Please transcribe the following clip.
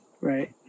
right